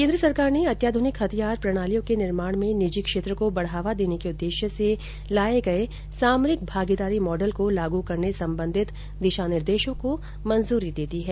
केन्द्र सरकार ने अत्याधुनिक हथियार प्रणालियों के निर्माण में निजी क्षेत्र को बढावा देने के उद्देश्य से लाये गये सामरिक भागीदारी मॉडल को लागू करने संबंधित दिशा निर्देशों को मंजूरी दे दी है